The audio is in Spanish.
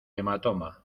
hematoma